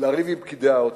לריב עם פקידי האוצר.